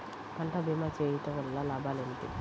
పంట భీమా చేయుటవల్ల లాభాలు ఏమిటి?